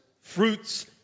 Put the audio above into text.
fruits